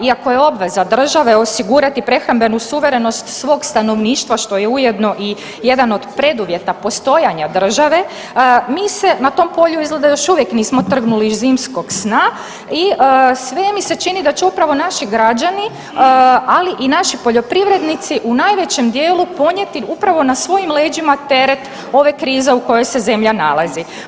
Iako je obveza države osigurati prehrambenu suverenost svog stanovništva što je ujedno i jedan od preduvjeta postojanja države mi se na tom polju izgleda još uvijek nismo trgnuli iz zimskog i sve mi se čini da će upravo naši građani, ali i naši poljoprivrednici u najvećem dijelu ponijeti upravo na svojim leđima teret ove krize u kojoj se zemlja nalazi.